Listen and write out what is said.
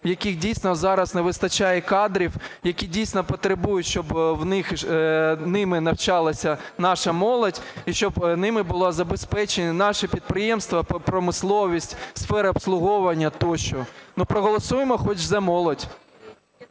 яких дійсно зараз не вистачає кадрів, які дійсно потребують, щоб ними навчалася наша молодь і щоб ними були забезпеченні наші підприємства, промисловість, сфера обслуговування тощо. Ну проголосуємо хоч за молодь.